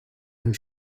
her